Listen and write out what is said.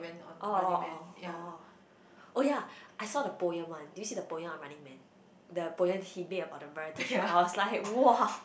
oh oh oh oh oh ya I saw the poem one do you see the poem of Running Man the poem he made about the branch tissue I was like !wah!